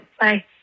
Bye